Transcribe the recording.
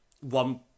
one